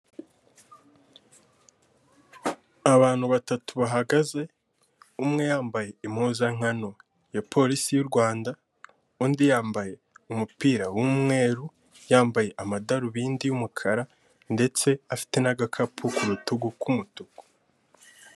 Abantu batatu bahagaze umwe yambaye impuzankano ya polisi y'u Rwanda undi yambaye umupira w'umweru yambaye amadarubindi y'umukara ndetse afite n'agakapu ku rutugu k'umutuku.